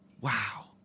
Wow